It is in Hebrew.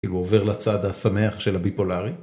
כאילו הוא עובר לצד השמח של הביפולרי.